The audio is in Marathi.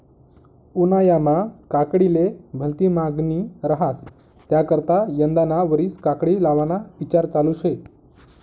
उन्हायामा काकडीले भलती मांगनी रहास त्याकरता यंदाना वरीस काकडी लावाना ईचार चालू शे